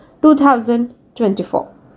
2024